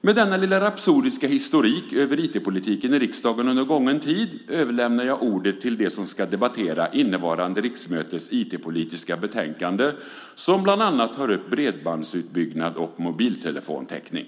Med denna lilla rapsodiska historik över IT-politiken i riksdagen under gången tid överlämnar jag ärendet till dem som ska debattera innevarande riksmötes IT-politiska betänkande som bland annat tar upp bredbandsutbyggnad och mobiltelefontäckning.